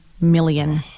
million